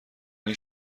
این